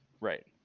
Right